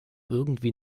irgendwie